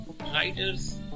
writers